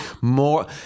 more